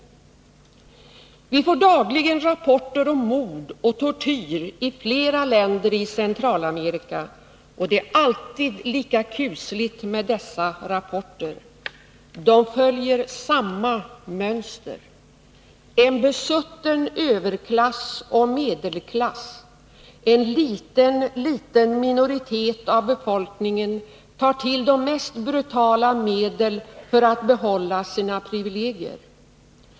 Vi får dagligen rapporter om mord och tortyr i flera länder i Centralamerika. Och det är alltid lika kusligt med dessa rapporter. De följer samma mönster. En besutten överklass och medelklass, en liten, liten minoritet av befolkningen, tar till de mest brutala medel för att behålla sina privilegier.